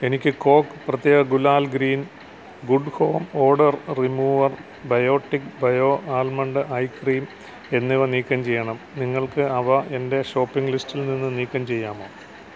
എനിക്ക് കോക്ക് പ്രത്യേക ഗുലാൽ green good home order remover biotic bio almond eye cream എന്നിവ നീക്കംചെയ്യണം നിങ്ങൾക്ക് അവ എന്റെ ഷോപ്പിംഗ് ലിസ്റ്റിൽ നിന്ന് നീക്കംചെയ്യാമോ